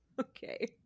okay